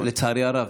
לצערי הרב,